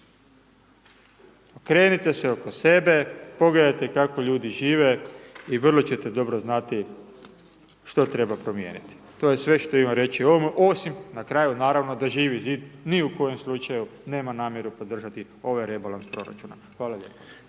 Okrenite se oko sebe pogledajte kako ljudi žive i vrlo ćete dobro znati što treba promijeniti. To je sve što imam reći o ovome osim na kraju naravno da Živi zid ni u kojem slučaju nema namjeru nema podržati ovaj rebalans proračuna. Hvala lijepa.